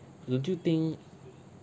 don't you think